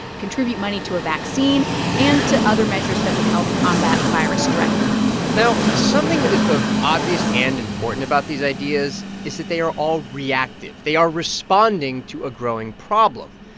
contribute money to a vaccine and to other measures that would help combat the virus directly now, something that is both obvious and important about these ideas is that they are all reactive. they are responding to a growing problem.